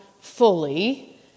fully